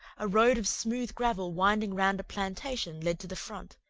a road of smooth gravel winding round a plantation, led to the front,